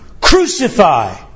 Crucify